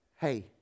Hey